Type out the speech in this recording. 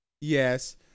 Yes